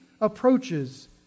approaches